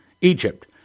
Egypt